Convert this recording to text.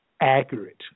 accurate